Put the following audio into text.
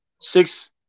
six